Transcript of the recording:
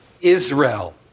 Israel